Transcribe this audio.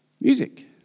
Music